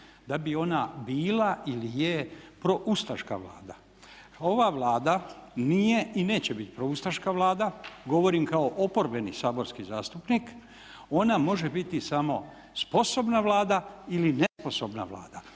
da bi ona bila ili je proustaška Vlada. Ova Vlada nije i neće biti proustaška Vlada. Govorim kao oporbeni saborski zastupnik. Ona može biti samo sposobna Vlada ili nesposobna Vlada,